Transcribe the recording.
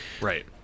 right